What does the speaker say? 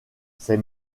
ses